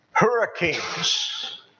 hurricanes